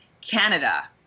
Canada